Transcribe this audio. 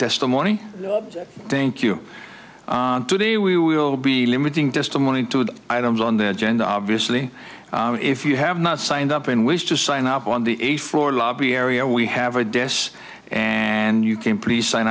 testimony thank you today we will be limiting testimony to the items on the agenda obviously if you have not signed up and wish to sign up on the a floor lobby area we have a desk and you can please sign